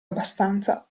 abbastanza